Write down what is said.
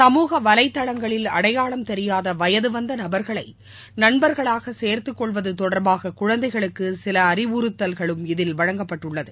சமூக வலைதளங்களில் அடையாம் தெரியாத வயதுவந்த நபர்களை நண்பர்களாக சேர்த்துக்கொள்வது தொடர்பாக குழந்தைகளுக்கு சில அறிவுறுத்தல்களும் இதில் வழங்கப்பட்டுள்ளது